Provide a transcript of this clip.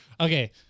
Okay